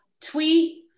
tweet